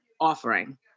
offering